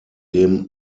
dem